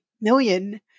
million